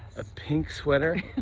a pink sweater.